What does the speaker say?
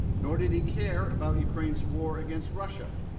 nor did he care about ukraine's war against russia.